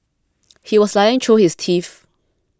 he was lying through his teeth